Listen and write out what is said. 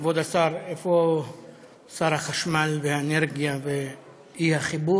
כבוד השר, איפה שר החשמל והאנרגיה והאי-חיבור?